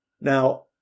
Now